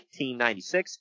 1996